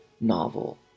novel